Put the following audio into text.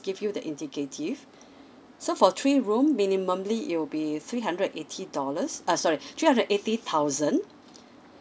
give you the indicative so for three room minimumly it will be three hundred eighty dollars uh sorry three hundred eighty thousand